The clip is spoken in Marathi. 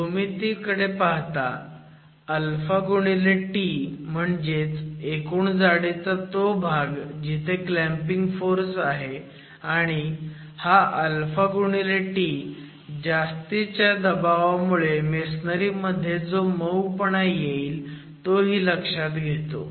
भूमितीकडे पाहता t म्हणजे एकूण जाडीचा तो भाग जिथे क्लॅम्पिंग फोर्स आहे आणि हा t जास्तीच्या दबावामुळे मेसोनरी मध्ये जो मऊपणा येईल तोही लक्षात घेतो